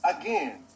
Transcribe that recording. again